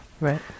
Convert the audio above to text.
Right